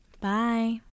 bye